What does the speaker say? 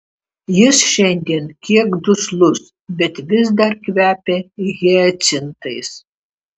jis šiandien kiek duslus bet vis dar kvepia hiacintais